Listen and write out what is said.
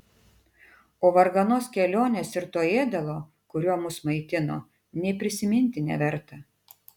o varganos kelionės ir to ėdalo kuriuo mus maitino nė prisiminti neverta